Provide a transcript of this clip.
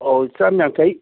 ꯑꯧ ꯆꯥꯝ ꯌꯥꯡꯈꯩ